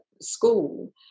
school